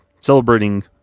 celebrating